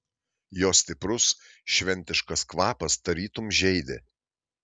jo stiprus šventiškas kvapas tarytum žeidė